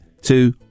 two